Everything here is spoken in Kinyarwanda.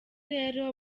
rero